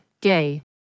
Gay